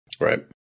Right